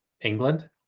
England